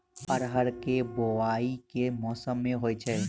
अरहर केँ बोवायी केँ मौसम मे होइ छैय?